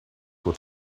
with